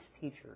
teachers